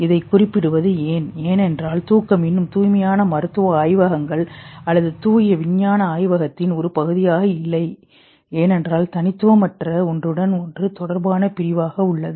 இதைக் குறிப்பிடுவது ஏன் ஏனென்றால் தூக்கம் இன்னும் தூய்மையான மருத்துவ ஆய்வகங்கள் அல்லது தூய விஞ்ஞான ஆய்வகத்தின் ஒரு பகுதியாக இல்லை ஏனென்றால் தனித்துவமற்ற ஒன்றுடன் ஒன்று தொடர்பான பிரிவாக உள்ளது